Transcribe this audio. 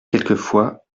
quelquefois